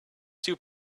two